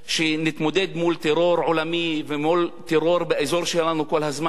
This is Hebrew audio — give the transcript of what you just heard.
שנתמודד מול טרור עולמי ומול טרור באזור שלנו כל הזמן.